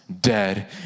dead